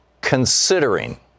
considering